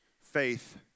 faith